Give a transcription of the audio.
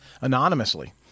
anonymously